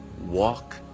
walk